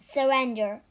Surrender